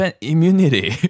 Immunity